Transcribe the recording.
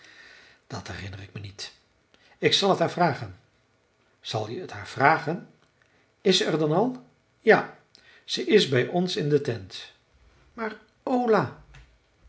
dat herinner ik me niet ik zal t haar vragen zal je t haar vragen is ze er dan al ja ze is bij ons in de tent maar ola